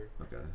Okay